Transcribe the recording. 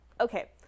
Okay